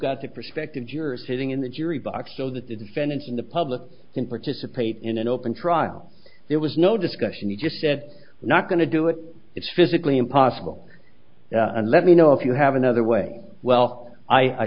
got to prospective jurors sitting in the jury box so that the defendant in the public can participate in an open trial there was no discussion you just said we're not going to do it it's physically impossible and let me know if you have another way well i